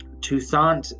Toussaint